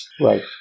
Right